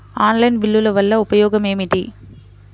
Online బిల్లుల వల్ల ఉపయోగమేమిటీ?